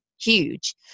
huge